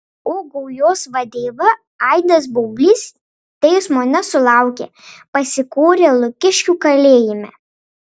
o gaujos vadeiva aidas baublys teismo nesulaukė pasikorė lukiškių kalėjime